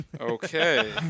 Okay